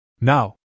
Now